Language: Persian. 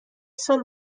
سال